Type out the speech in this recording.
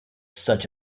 such